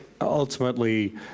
ultimately